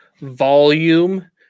volume